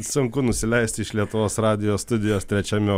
sunku nusileisti iš lietuvos radijo studijos trečiame